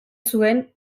zuen